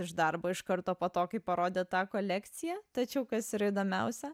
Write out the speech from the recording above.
iš darbo iš karto po to kai parodė tą kolekciją tačiau kas yra įdomiausia